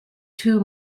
two